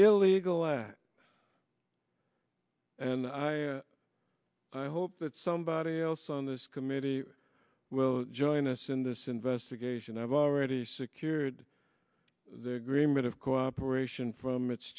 illegal act and i hope that somebody else on this committee will join us in this investigation i've already secured the remit of cooperation from its